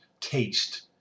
taste